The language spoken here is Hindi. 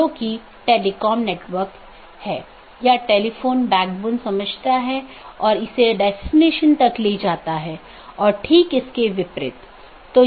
तो IBGP स्पीकर्स की तरह AS के भीतर पूर्ण मेष BGP सत्रों का मानना है कि एक ही AS में साथियों के बीच एक पूर्ण मेष BGP सत्र स्थापित किया गया है